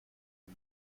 pis